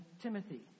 Timothy